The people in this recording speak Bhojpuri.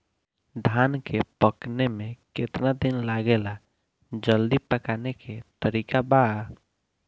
धान के पकने में केतना दिन लागेला जल्दी पकाने के तरीका बा?